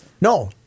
No